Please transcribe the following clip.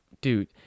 Dude